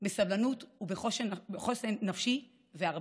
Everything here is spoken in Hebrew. בסבלנות ובחוסן נפשי, והרבה,